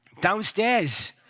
Downstairs